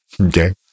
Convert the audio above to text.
Okay